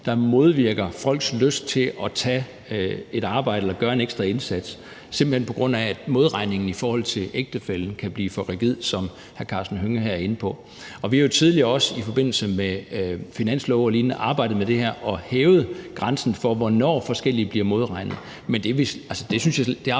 der modvirker folks lyst til at tage et arbejde eller gøre en ekstra indsats, simpelt hen fordi modregningen i forhold til ægtefællen kan blive for rigid, som hr. Karsten Hønge her er inde på. Og vi har jo også tidligere i forbindelse med finanslove og lignende arbejdet med det her og hævet grænsen for, hvornår forskellige bliver modregnet. Men det